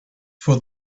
for